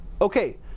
Okay